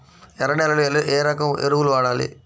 ఎర్ర నేలలో ఏ రకం ఎరువులు వాడాలి?